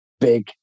big